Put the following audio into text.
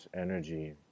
energy